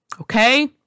Okay